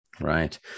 Right